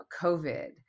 covid